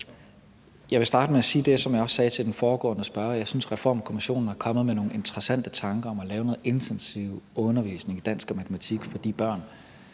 Jeg vil starte med at sige det, som jeg også sagde til den foregående spørger, nemlig at jeg synes, Reformkommissionen er kommet med nogle interessante tanker om at lave noget intensiv undervisning i dansk og matematik for de børn,